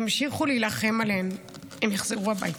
תמשיכו להילחם עליהם, הם יחזרו הביתה.